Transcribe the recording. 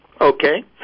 Okay